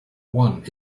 one